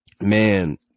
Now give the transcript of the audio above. man